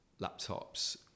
laptops